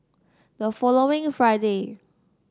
the following Friday